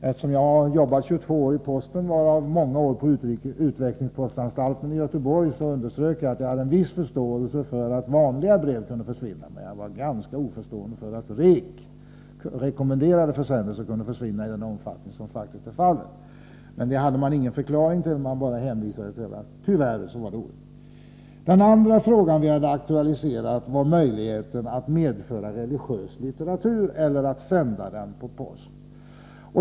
Eftersom jag har arbetat 22 år vid posten, varav många år på utväxlingspostanstalten i Göteborg, sade jag att jag hade en viss förståelse för att vanliga brev kan försvinna, men att jag inte kunde förstå att rekommenderade försändelser kunde försvinna i sådan utsträckning. Man hade ingen förklaring utan hänvisade bara till att det tyvärr förhåller sig på detta sätt. Den andra frågan som aktualiserades gällde möjligheterna att till Sovjetunionen medföra religiös litteratur eller att sända sådan per post.